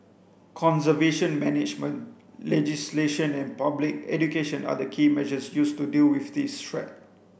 conservation management legislation and public education are the key measures used to deal with this threat